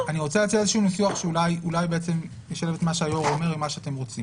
מה שהיו"ר אומר ומה שאתם רוצים